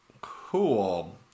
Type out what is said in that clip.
Cool